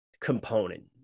component